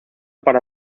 para